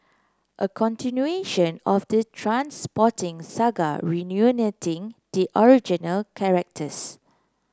a continuation of the Trainspotting saga reuniting the original characters